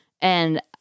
And-